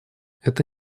это